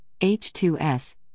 H2S